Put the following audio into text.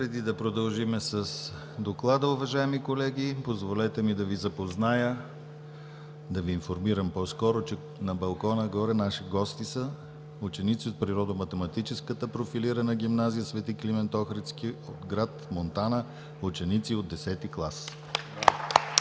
Преди да продължим с доклада, уважаеми колеги, позволете ми да Ви запозная, да Ви информирам по-скоро, че на балкона горе наши гости са ученици от Природо-математическата профилирана гимназия „Св. Климент Охридски“ от град Монтана, ученици от 10 клас.